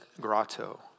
Grotto